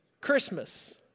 Christmas